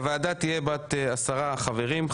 הוועדה תהיה בת עשרה חברים,